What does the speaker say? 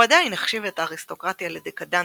הוא עדיין החשיב את האריסטוקרטיה לדקדנטית,